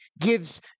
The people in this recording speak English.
gives